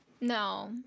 No